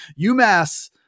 UMass